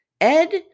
Ed